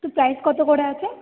তো প্রাইস কত করে আছে